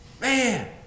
Man